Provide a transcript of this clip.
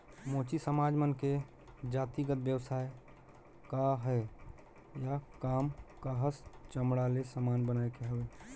मोची समाज मन के जातिगत बेवसाय काहय या काम काहस चमड़ा ले समान बनाए के हवे